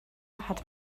hat